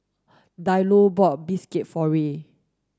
Diallo bought Bistake for Ray